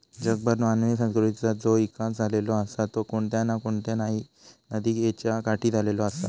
जगभर मानवी संस्कृतीचा जो इकास झालेलो आसा तो कोणत्या ना कोणत्या नदीयेच्या काठी झालेलो आसा